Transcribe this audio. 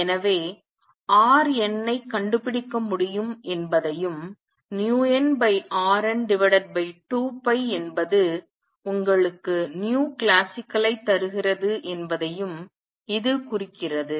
எனவே rn ஐக் கண்டுபிடிக்க முடியும் என்பதையும் vnrn2π என்பது உங்களுக்கு classicalஐ தருகிறது என்பதையும் இது குறிக்கிறது